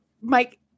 Mike